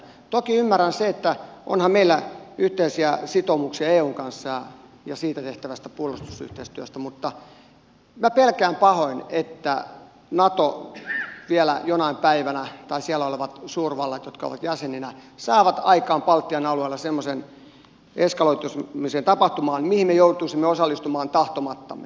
toki ymmärrän sen että onhan meillä yhteisiä sitoumuksia eun kanssa ja sen kanssa tehtävästä puolustusyhteistyöstä mutta minä pelkään pahoin että nato vielä jonain päivänä saa tai ne suurvallat jotka siinä ovat jäseninä saavat aikaan baltian alueella semmoisen tapahtuman eskaloitumisen mihin me joutuisimme osallistumaan tahtomattamme